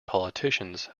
politicians